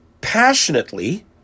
passionately